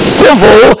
civil